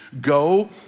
Go